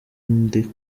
ndi